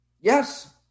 Yes